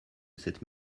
cette